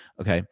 Okay